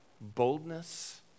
boldness